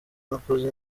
nakoze